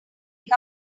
wake